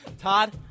Todd